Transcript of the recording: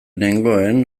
nengoen